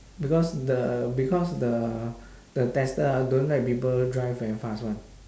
because the because the the tester ah don't like people drive very fast [one]